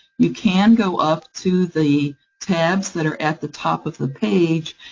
you can go up to the tabs that are at the top of the page,